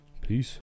peace